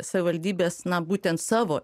savivaldybės na būtent savo